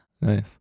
nice